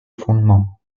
fondement